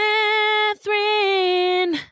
Catherine